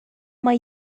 mae